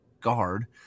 guard